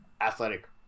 athletic